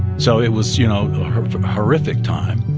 so it was, you know, a horrific time